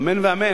אמן ואמן.